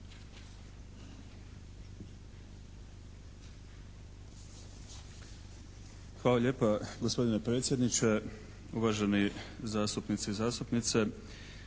Hvala lijepa gospodine predsjedniče. Uvaženi zastupnici i zastupnice,